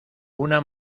una